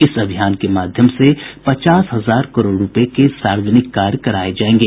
इस अभियान के माध्यम से पचास हजार करोड़ रुपये के सार्वजनिक कार्य कराए जाएंगे